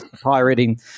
pirating